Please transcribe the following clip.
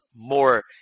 more